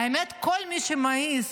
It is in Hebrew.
האמת, כל מי שמעז